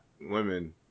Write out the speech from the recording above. women